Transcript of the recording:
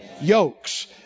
yokes